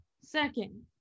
Second